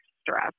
stress